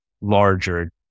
larger